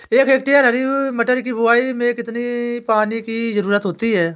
एक हेक्टेयर हरी मटर की बुवाई में कितनी पानी की ज़रुरत होती है?